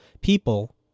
people